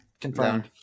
Confirmed